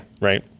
Right